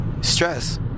Stress